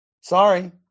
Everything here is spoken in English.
sorry